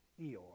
Eeyore